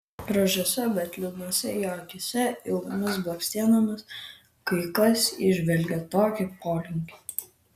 gražiose bet liūdnose jo akyse ilgomis blakstienomis kai kas įžvelgia tokį polinkį